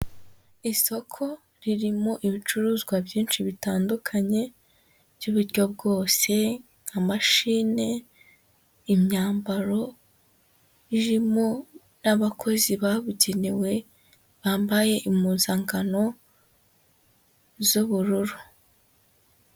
Isoko ririmo ibicuruzwa byinshi bitandukanye by'uburyo bwose, nka mashine, imyambaro, ririmo n'abakozi babugenewe bambaye impuzankano z'ubururu.